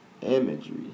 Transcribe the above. Imagery